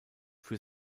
für